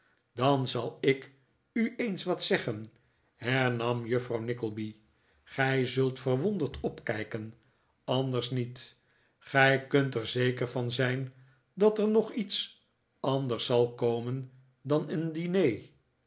dan zal ik u eens wat zeggen hernam juffrouw nickleby gij zult verwonderd opkljken anders niet gij kunt er zeker van zijn dat er nog iets anders zal komen dan een diner